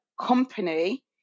company